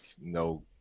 no